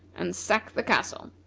and sack the castle.